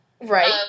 right